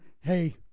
hey